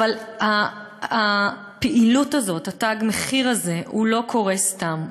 אבל הפעילות הזאת, התג מחיר הזה, זה לא קורה סתם.